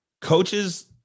Coaches